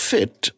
Fit